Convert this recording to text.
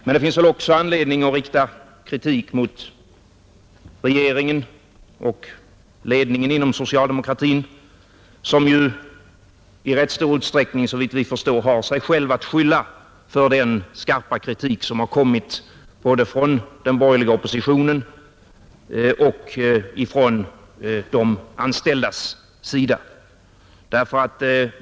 Men det finns också anledning att rikta kritik mot regeringen och ledningen inom socialdemokratin, som ju i rätt stor utsträckning, såvitt vi förstår, har sig själva att skylla för den skarpa kritik som har kommit både från den borgerliga oppositionen och från de anställdas sida.